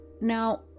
Now